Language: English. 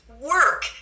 work